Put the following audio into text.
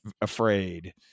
afraid